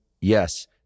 yes